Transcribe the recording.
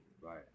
Right